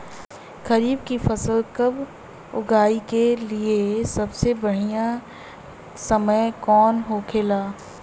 खरीफ की फसल कब उगाई के लिए सबसे बढ़ियां समय कौन हो खेला?